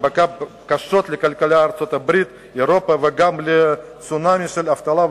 שפגע קשות בכלכלת ארצות-הברית ובאירופה וגם לצונאמי של אבטלה,